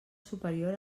superior